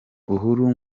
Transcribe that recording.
uhuru